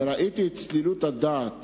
וראיתי את צלילות הדעת